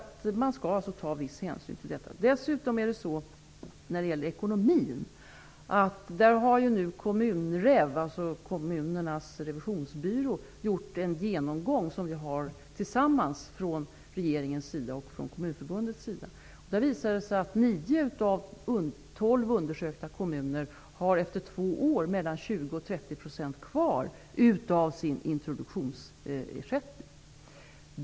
Man skall alltså ta viss hänsyn till detta. kommunernas revisionsbyrå, gjort en genomgång i samarbete med regeringen och Kommunförbundet. Det visade sig att nio av tolv undersökta kommuner efter två år har mellan 20 % och 30 % kvar av sina introduktionsersättningar.